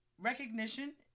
recognition